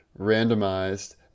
randomized